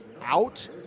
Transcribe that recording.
out